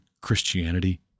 Christianity